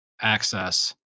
access